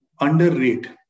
underrate